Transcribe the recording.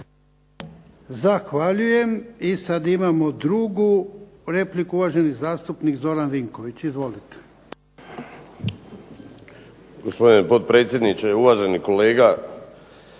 Zahvaljujem. I sada imamo drugu repliku, uvaženi zastupnik Zoran Vinković. Izvolite. **Vinković, Zoran (SDP)** Gospodine potpredsjedniče, uvaženi kolega